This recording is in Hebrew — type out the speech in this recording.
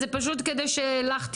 סליחה,